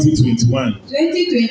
2021